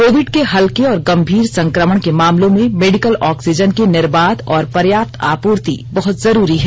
Covid के हल्के और गंभीर संक्रमण के मामलों में मेडिकल ऑक्सीजन की निर्बाध और पर्याप्त आपूर्ति बहुत जरूरी है